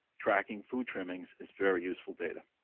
tracking food trimmings is very useful data.